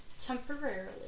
temporarily